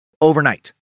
overnight